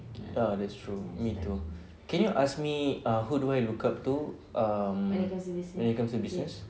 ya that's true me too can you ask me who do I look up to um when it comes to business